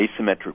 asymmetric